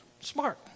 smart